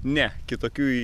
ne kitokių